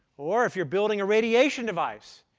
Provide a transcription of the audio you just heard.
or if you're building a radiation device,